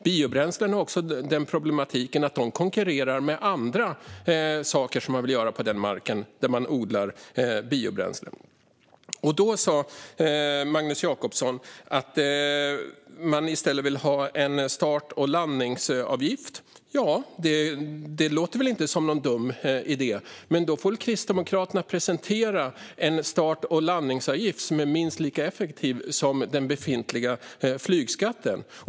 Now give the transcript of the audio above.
Biobränslen har också den problematiken att de konkurrerar med andra saker som man vill göra på den mark där biobränslen odlas. Magnus Jacobsson sa att man i stället vill ha en start och landningsavgift. Det låter inte som någon dum idé. Men då får Kristdemokraterna presentera en start och landningsavgift som är minst lika effektiv som den befintliga flygskatten.